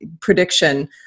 prediction